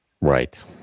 Right